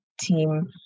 Team